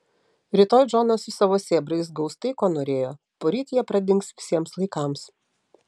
rytoj džonas su savo sėbrais gaus tai ko norėjo poryt jie pradings visiems laikams